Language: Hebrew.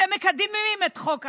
אתם מקדמים את חוק החשמל,